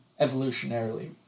evolutionarily